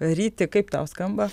ryti kaip tau skamba